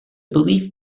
belief